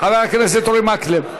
חבר הכנסת אורי מקלב.